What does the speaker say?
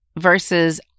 versus